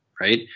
right